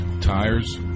tires